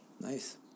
nice